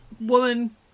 woman